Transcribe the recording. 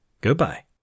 goodbye